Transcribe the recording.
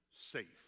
safe